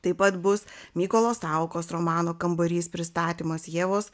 taip pat bus mykolo saukos romano kambarys pristatymas ievos